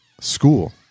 school